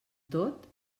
tot